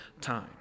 time